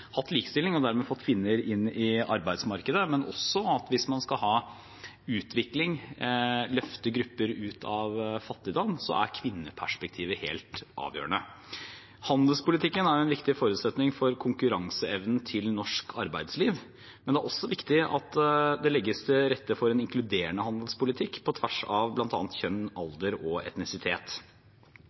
hatt likestilling og dermed fått kvinner inn i arbeidsmarkedet, og at hvis man skal ha utvikling, løfte grupper ut av fattigdom, er kvinneperspektivet helt avgjørende. Handelspolitikken er en viktig forutsetning for konkurranseevnen til norsk arbeidsliv, men det er også viktig at det legges til rette for en inkluderende handelspolitikk på tvers av bl.a. kjønn, alder og etnisitet.